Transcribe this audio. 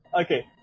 Okay